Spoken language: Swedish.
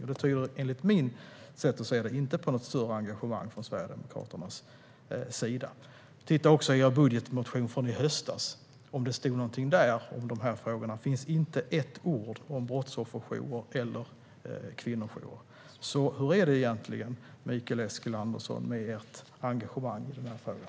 Enligt mitt sätt att se på detta tyder det inte på något större engagemang från Sverigedemokraternas sida. Jag har tittat på er budgetmotion från i höstas för att se om dessa frågor finns med där. Det finns inte ett ord om brottsofferjourer eller kvinnojourer. Hur är det egentligen, Mikael Eskilandersson, med ert engagemang i frågan?